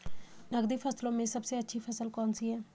नकदी फसलों में सबसे अच्छी फसल कौन सी है?